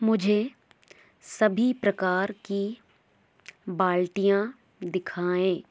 मुझे सभी प्रकार की बाल्टियाँ दिखाएँ